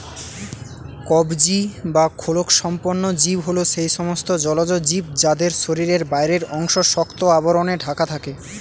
কবচী বা খোলকসম্পন্ন জীব হল সেই সমস্ত জলজ জীব যাদের শরীরের বাইরের অংশ শক্ত আবরণে ঢাকা থাকে